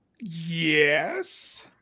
Yes